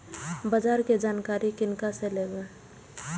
बाजार कै जानकारी किनका से लेवे?